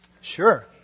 sure